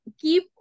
keep